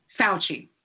Fauci